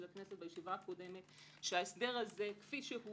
הכנסת בישיבה הקודמת שההסדר הזה כפי שהוא